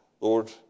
Lord